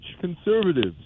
conservatives